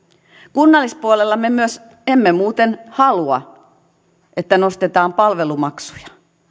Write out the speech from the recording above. kunnallispuolella me emme muuten halua myöskään että nostetaan palvelumaksuja